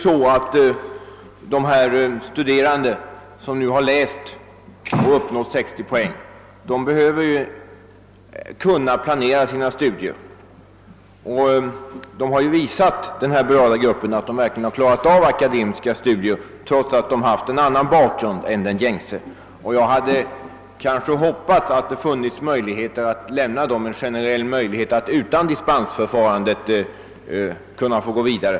De berörda studerandena, vilka har uppnått 60 poäng, behöver emellertid kunna planera sina studier. De har verkligen visat att de kunnat klara akademiska studier trots att de haft en annan bakgrund än den gängse. Jag hade hoppats att det kanske skulle ha funnits möjligheter att generellt medge dem tillstånd att utan tillgripande av dispensförfarande fortsätta sina studier.